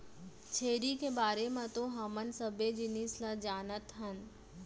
छेरी के बारे म तो हमन सबे जिनिस ल जानत हन